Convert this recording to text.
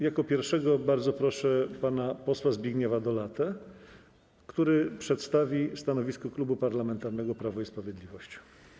Jako pierwszego o zabranie głosu bardzo proszę pana posła Zbigniewa Dolatę, który przedstawi stanowisko Klubu Parlamentarnego Prawo i Sprawiedliwość.